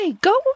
Go